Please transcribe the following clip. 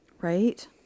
Right